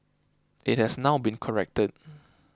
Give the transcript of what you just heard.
it has now been corrected